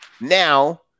Now